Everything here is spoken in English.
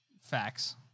facts